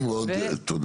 והדברים עוד, תודה.